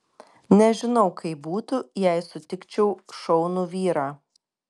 nežinau kaip būtų jei sutikčiau šaunų vyrą